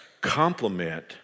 complement